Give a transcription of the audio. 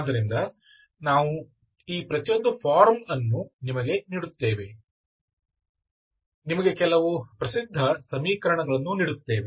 ಆದ್ದರಿಂದ ನಾವು ಈ ಪ್ರತಿಯೊಂದು ಫಾರ್ಮ್ ಅನ್ನು ನಿಮಗೆ ನೀಡುತ್ತೇವೆ ನಿಮಗೆ ಕೆಲವು ಪ್ರಸಿದ್ಧ ಸಮೀಕರಣಗಳನ್ನು ನೀಡುತ್ತೇವೆ